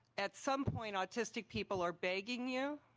at some point, autistic people are begging you,